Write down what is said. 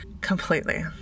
completely